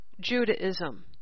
Judaism